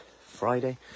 Friday